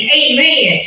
amen